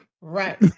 Right